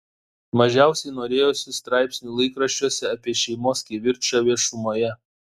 mažiausiai norėjosi straipsnių laikraščiuose apie šeimos kivirčą viešumoje